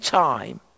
time